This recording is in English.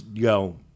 go